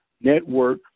Network